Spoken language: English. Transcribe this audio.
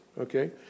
okay